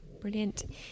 brilliant